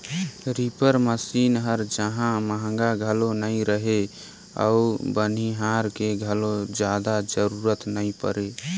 reaper machine हर जहां महंगा घलो नई रहें अउ बनिहार के घलो जादा जरूरत नई परे